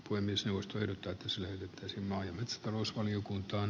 puhemiesneuvoston päätös levytys metsätalousvaliokunta